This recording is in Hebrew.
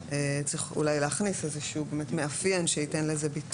צריך אולי להכניס איזשהו מאפיין שייתן לזה ביטוי,